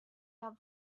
have